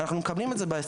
אנחנו מקבלים על